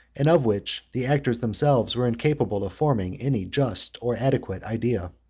and of which the actors themselves were incapable of forming any just or adequate idea.